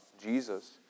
Jesus